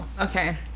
Okay